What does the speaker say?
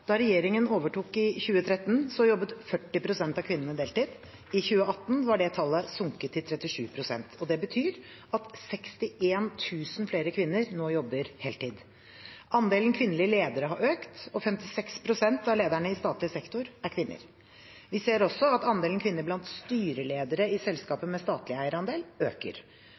Da regjeringen overtok i 2013, jobbet 40 pst. av kvinnene deltid. I 2018 var tallet sunket til 37 pst. Det betyr at 61 000 flere kvinner nå jobber heltid. Andelen kvinnelige ledere har økt, og 56 pst. av lederne i statlig sektor er kvinner. Vi ser også at andelen kvinner blant styreledere i selskaper med statlig eierandel øker.